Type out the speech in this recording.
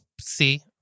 see